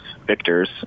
victors